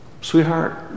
sweetheart